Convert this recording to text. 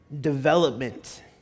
development